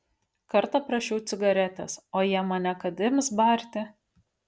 kartą prašiau cigaretės o jie mane kad ims barti